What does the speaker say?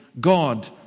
God